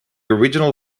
original